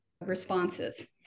responses